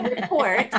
report